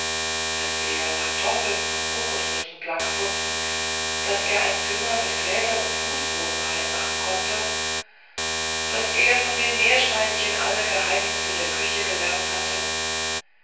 daß er pantoffel von kokosnüssen blankputzen daß er ein zimmer mit gläsernem fußboden rein machen konnte daß er von den meerschweinchen alle geheimnisse der küche gelernt hatte